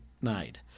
made